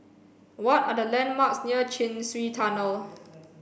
what are the landmarks near Chin Swee Tunnel